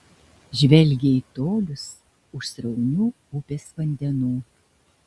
žvelgia į tolius už sraunių upės vandenų